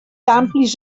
amplis